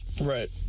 right